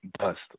bust